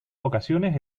ocasiones